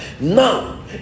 Now